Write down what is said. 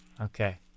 Okay